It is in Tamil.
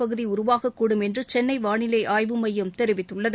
பகுதி உருவாகக்கூடும் என்று சென்னை வாளிலை ஆய்வு மையம் தெரிவித்துள்ளது